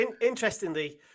interestingly